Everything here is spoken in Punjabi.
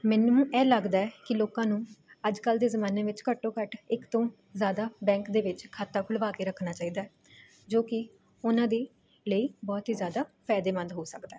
ਮੈਨੂੰ ਇਹ ਲੱਗਦਾ ਕਿ ਲੋਕਾਂ ਨੂੰ ਅੱਜ ਕੱਲ੍ਹ ਦੇ ਜ਼ਮਾਨੇ ਵਿੱਚ ਘੱਟੋ ਘੱਟ ਇੱਕ ਤੋਂ ਜ਼ਿਆਦਾ ਬੈਂਕ ਦੇ ਵਿੱਚ ਖਾਤਾ ਖੁਲ੍ਹਵਾ ਕੇ ਰੱਖਣਾ ਚਾਹੀਦਾ ਜੋ ਕਿ ਉਹਨਾਂ ਦੀ ਲਈ ਬਹੁਤ ਹੀ ਜ਼ਿਆਦਾ ਫਾਇਦੇਮੰਦ ਹੋ ਸਕਦਾ